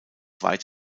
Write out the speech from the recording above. weit